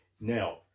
Now